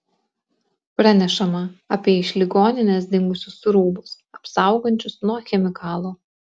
pranešama apie iš ligoninės dingusius rūbus apsaugančius nuo chemikalų